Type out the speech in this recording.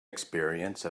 experience